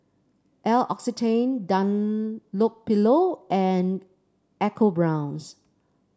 L'Occitane Dunlopillo and EcoBrown's